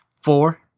four